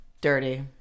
Dirty